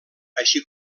així